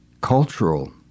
cultural